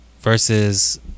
versus